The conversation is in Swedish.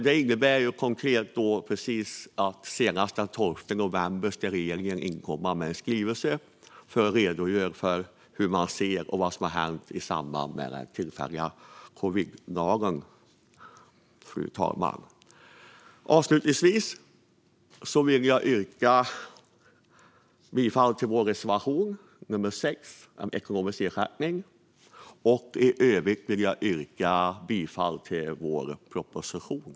Det här innebär konkret att regeringen senast den 12 november ska inkomma med en skrivelse där man ska redogöra för hur man ser på det hela och på vad som har hänt i samband med den tillfälliga covidlagen. Avslutningsvis vill jag yrka bifall till vår reservation 6 om ekonomisk ersättning, och i övrigt yrkar jag bifall till vår proposition.